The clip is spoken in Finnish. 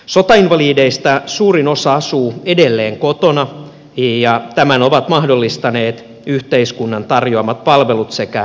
sotainvalideista suurin osa asuu edelleen kotona ja tämän ovat mahdollistaneet yhteiskunnan tarjoamat palvelut sekä riittävä tuki